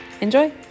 Enjoy